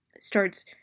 starts